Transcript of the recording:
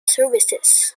services